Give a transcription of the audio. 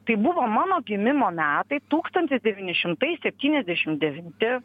tai buvo mano gimimo metai tūkstantis devyni šimtai septyniasdešim devinti